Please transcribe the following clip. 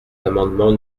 l’amendement